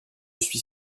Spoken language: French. suis